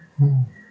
mm